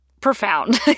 profound